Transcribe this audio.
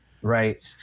right